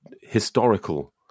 historical